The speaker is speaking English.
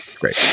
great